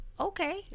okay